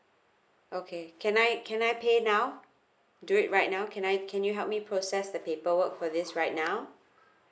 okay can I can I pay now do it right now can I can you help me process the paperwork for this right now